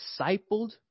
discipled